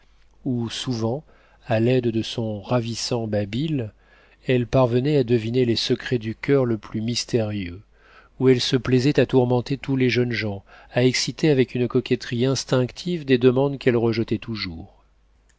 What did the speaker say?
où souvent à l'aide de son ravissant babil elle parvenait à deviner les secrets du coeur le plus mystérieux où elle se plaisait à tourmenter tous les jeunes gens à exciter avec une coquetterie instinctive des demandes qu'elle rejetait toujours